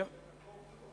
לא?